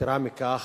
יתירה מכך,